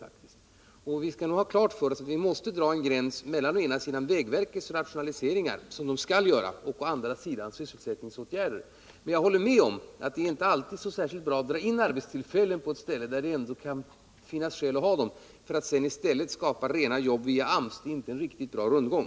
Vi måste emellertid ha klart för oss att vi måste dra en gräns mellan å ena sidan de rationaliseringar som vägverket skall göra och å andra sidan sysselsättningsåtgärder. Men jag håller med om att det inte alltid är särskilt bra att dra in arbetstillfällen på ställen där det ändå kan finnas skäl att ha dem för att sedan i stället skapa jobb via AMS. Det är en inte riktigt bra rundgång.